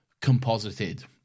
composited